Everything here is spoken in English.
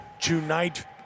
Tonight